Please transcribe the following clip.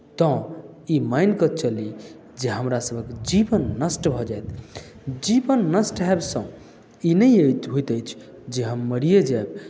तऽ ई मानि कऽ चली जे हमरासभक जीवन नष्ट भऽ जायत जीवन नष्ट हैबसँ ई नहि होइत अछि जे हम मरिये जायब